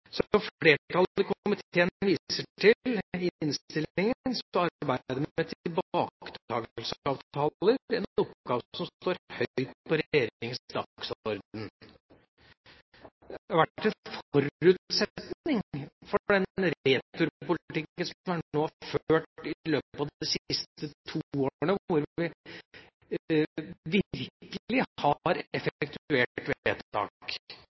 Som flertallet i komiteen viser til i innstillingen, er arbeidet med tilbaketakelsesavtaler en oppgave om står høyt på regjeringas dagsorden. Det har vært en forutsetning for den returpolitikken som man har ført i løpet av de siste to årene, hvor vi virkelig